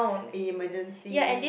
emergency